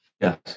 Yes